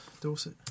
Dorset